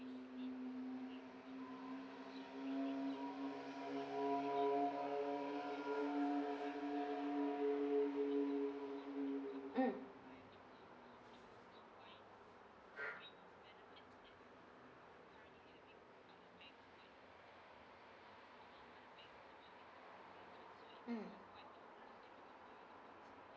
mm mm